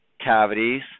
cavities